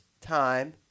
time